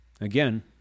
Again